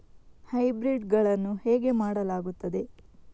Hybrid ಗಳನ್ನು ಹೇಗೆ ಮಾಡಲಾಗುತ್ತದೆ?